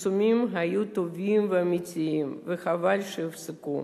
הפרסומים היו טובים ואמיתיים וחבל שהופסקו.